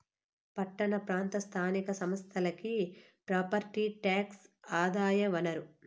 పట్టణ ప్రాంత స్థానిక సంస్థలకి ప్రాపర్టీ టాక్సే ఆదాయ వనరు